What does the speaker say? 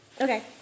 Okay